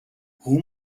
whom